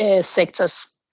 sectors